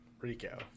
Rico